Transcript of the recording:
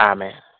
Amen